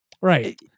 Right